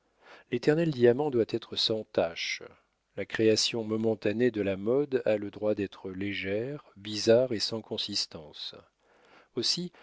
l'éternel diamant doit être sans tache la création momentanée de la mode a le droit d'être légère bizarre et sans consistance aussi